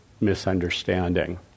misunderstanding